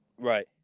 Right